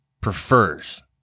prefers